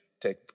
take